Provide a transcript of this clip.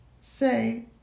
Say